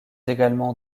également